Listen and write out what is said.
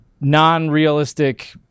non-realistic